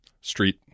street